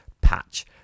Patch